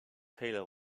taylor